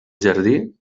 jardí